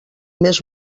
més